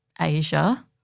Asia